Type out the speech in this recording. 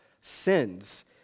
sins